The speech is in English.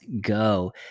go